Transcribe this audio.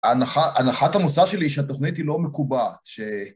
הנחת המוצא שלי היא שהתוכנית היא לא מקובעת